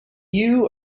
you